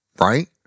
right